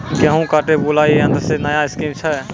गेहूँ काटे बुलाई यंत्र से नया स्कीम छ?